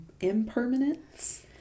impermanence